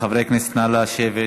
חברי הכנסת, נא לשבת.